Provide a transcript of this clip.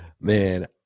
man